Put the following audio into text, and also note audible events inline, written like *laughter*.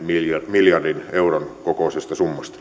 miljardin euron kokoisesta summasta *unintelligible*